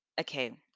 okay